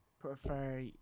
prefer